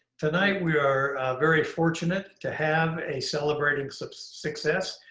tonight, we are very fortunate to have a celebrating so success,